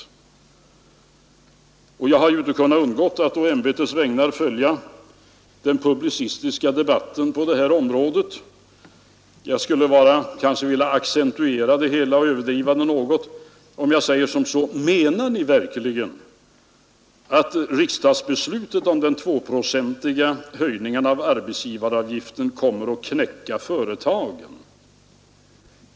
Jag har inte kunnat undgå att å ämbetets vägnar följa den publicistiska debatten på detta område. Jag skulle vilja accentuera det hela och kanske överdriva något när jag säger: Menar ni verkligen att riksdagsbeslutet om den 2-procentiga arbetgivaravgiften kommer att knäcka företagen?